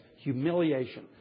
humiliation